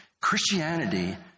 Christianity